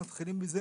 מתחילים מזה